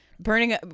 Burning